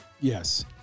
Yes